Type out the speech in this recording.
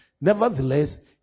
Nevertheless